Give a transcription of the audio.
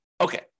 Okay